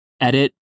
edit